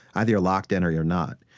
either you're locked in or you're not.